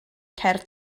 cerdd